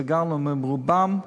סגרנו עם רובם,